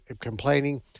complaining